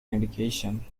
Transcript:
medication